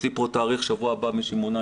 יש לי פה תאריך בשבוע הבא למי שמעוניין